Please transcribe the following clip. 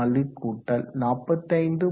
24 கூட்டல் 45